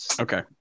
Okay